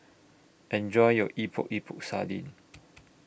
Enjoy your Epok Epok Sardin